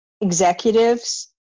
executives